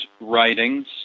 writings